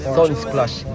Sunsplash